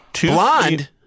Blonde